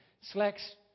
Slack's